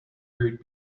route